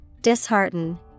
dishearten